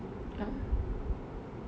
uh